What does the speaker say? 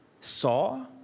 Saw